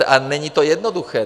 A není to jednoduché.